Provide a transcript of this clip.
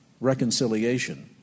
reconciliation